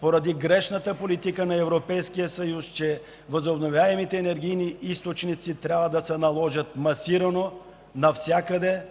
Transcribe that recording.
поради грешната политика на Европейския съюз, че възобновяемите енергийни източници трябва да се наложат масирано навсякъде.